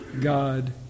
God